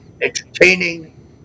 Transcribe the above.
entertaining